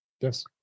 Yes